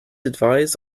advise